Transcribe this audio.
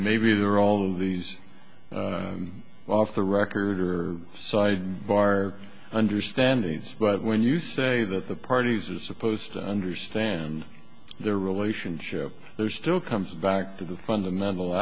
maybe there are all of these off the record or side bar understanding spot when you say that the parties are supposed to understand their relationship they're still comes back to the fundamental